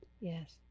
Yes